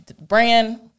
brand